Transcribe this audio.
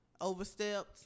overstepped